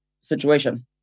situation